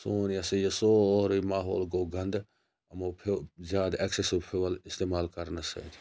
سون یہِ ہَسا یہِ سورٕے ماحول گوٚو گَنٛدٕ یِمو فو زیادٕ ایٚکسیٚسِو فِول اِستِمال کَرنہٕ سۭتۍ